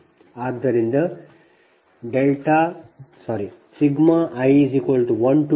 ಆದ್ದರಿಂದ i12dPgidλ5